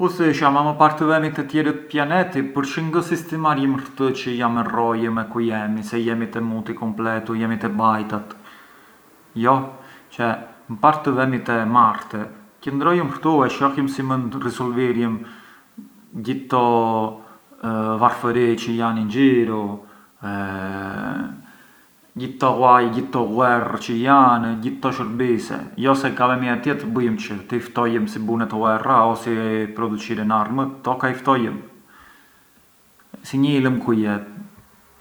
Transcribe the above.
U thëshja se më parë të vemi te tjerë pianeti përçë ngë sistimarjëm këtë çë jam e rrojëm e ku jemi, se jemi te muti completu, jemi te bajtat, jo? Cioè, më parë të vemi te Marte, qëndrojëm këtu e shohjëm si mënd risulvirjëm gjithë këto varfëri çë jan in giru e gjith këto ghuaje, gjithë këto ghuerrë çë jan e gjithë këto shurbise, jo se ka vemi këtje të bujëm çë? Të i ftojëm si bunet ghuerra o si produçiren armët? Këto ka i ftojëm? Si ngë i lëm kujet.